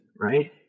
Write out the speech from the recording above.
right